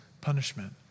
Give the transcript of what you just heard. punishment